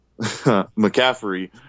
McCaffrey